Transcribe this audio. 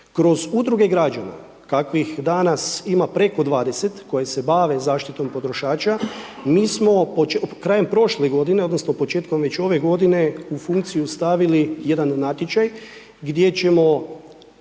Kroz Udruge građana kakvih danas ima preko 20 koji se bave zaštitom potrošača, mi smo krajem prošle godine odnosno početkom već ove godine, u funkciju stavili jedan natječaj gdje ćemo